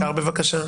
אפשר בבקשה?